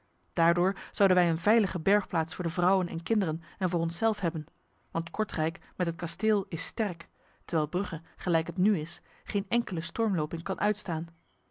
daardoor zouden wij een veilige bergplaats voor de vrouwen en kinderen en voor onszelf hebben want kortrijk met het kasteel is sterk terwijl brugge gelijk het nu is geen enkele stormloping kan uitstaan